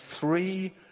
three